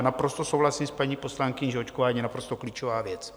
Naprosto souhlasím s paní poslankyní, že očkování je naprosto klíčová věc.